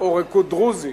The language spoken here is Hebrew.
או ריקוד דרוזי?